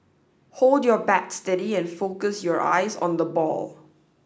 hold your bat steady and focus your eyes on the ball